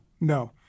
no